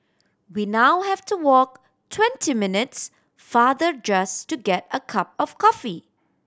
we now have to walk twenty minutes farther just to get a cup of coffee